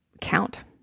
count